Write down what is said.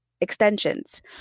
extensions